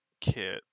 kit